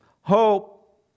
Hope